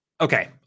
okay